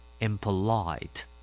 Impolite